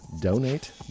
donate